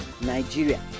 Nigeria